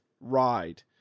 ride